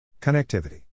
Connectivity